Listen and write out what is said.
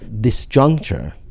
disjuncture